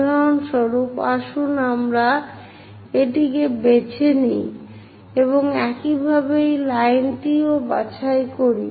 উদাহরণস্বরূপ আসুন আমরা এটিকে বেছে নিই এবং একইভাবে এই লাইনটি ও বাছাই করি